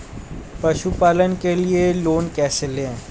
पशुपालन के लिए लोन कैसे लें?